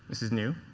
is new.